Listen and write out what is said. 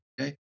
okay